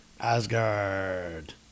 Asgard